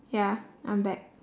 ya I'm back